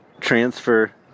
transfer